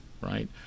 right